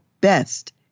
best